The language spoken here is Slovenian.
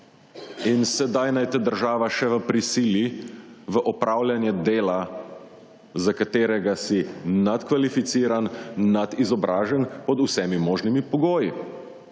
in sedaj naj te država še v prisili v opravljanje dela, za katerega si nadkvalificiran, nadizobražen pod vsemi možnimi pogoji.